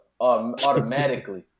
automatically